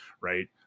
right